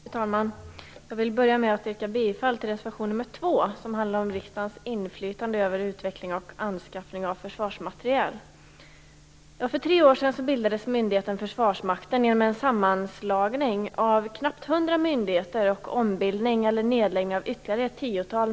Fru talman! Jag vill börja med att yrka bifall till reservation 2, som handlar om riksdagens inflytande över utveckling och anskaffning av försvarsmateriel. myndigheter och ombildning eller nedläggning av ytterligare ett tiotal.